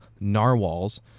Narwhals